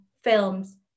films